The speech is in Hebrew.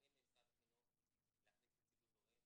קוראים למשרד החינוך להכניס נציגות הורים